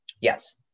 yes